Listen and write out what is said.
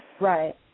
Right